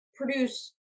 produce